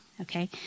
okay